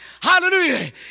Hallelujah